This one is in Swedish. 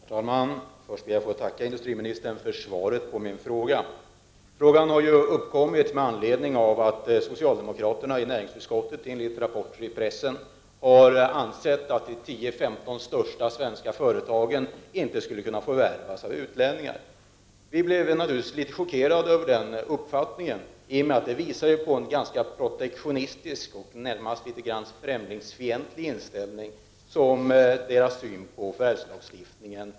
Herr talman! Jag ber att få tacka industriministern för svaret på min fråga. Frågan har uppkommit med anledning av att socialdemokraterna i näringsutskottet enligt rapporter i pressen har uttalat att de 10 till 15 största svenska företagen inte skulle kunna förvärvas av utlänningar. Vi moderater blev naturligtvis litet chockerade över den uppfattningen, eftersom det vittnar om en ganska protektionistisk och närmast främlingsfientlig inställning till förvärvslagstiftningen.